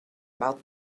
about